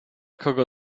kogo